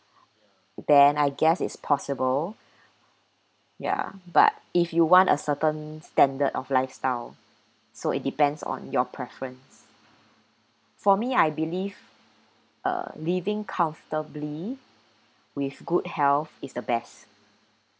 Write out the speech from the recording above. then I guess it's possible ya but if you want a certain standard of lifestyle so it depends on your preference for me I believe uh living comfortably with good health is the best